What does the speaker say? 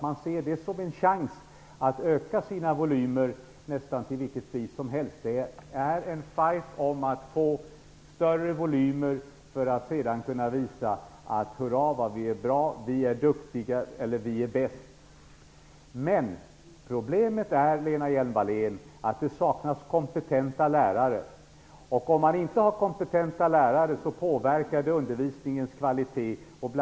Man ser nämligen en chans att öka sina volymer till nästan vilket pris som helst. Det förekommer en fight om större volymer för att man sedan skall kunna säga: Hurra, vad vi är bra! Vi är duktiga. Eller också kan man säga: Vi är bäst. Problemet, Lena Hjelm-Wallén, är att det saknas kompetenta lärare. Om det inte finns kompetenta lärare påverkar det undervisningens kvalitet.